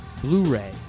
Blu-ray